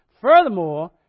furthermore